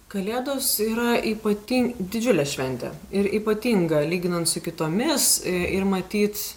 kalėdos yra ypatin didžiulė šventė ir ypatinga lyginant su kitomis ir matyt